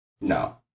No